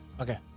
Okay